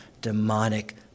demonic